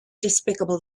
despicable